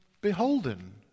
beholden